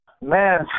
Man